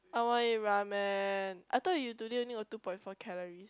I want eat ramen I thought you today only got two point four calories